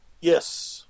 Yes